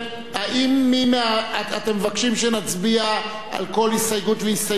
האם אתם מבקשים שנצביע על כל הסתייגות והסתייגות?